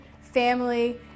family